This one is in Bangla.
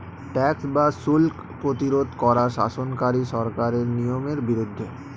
ট্যাক্স বা শুল্ক প্রতিরোধ করা শাসনকারী সরকারের নিয়মের বিরুদ্ধে